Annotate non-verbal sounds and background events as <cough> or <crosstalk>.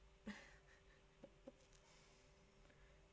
<laughs>